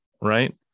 Right